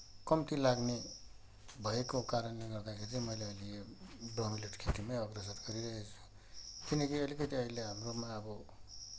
कम्ती लाग्ने भएको कारणले गर्दाखेरि चाहिँ मैले अहिले यो ब्रोमिलियड खेतीमै अग्रसर गरिरहेको छु किनकि अलिकति अहिले हाम्रोमा अब